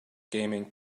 gaming